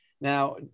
now